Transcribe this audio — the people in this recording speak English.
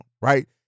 right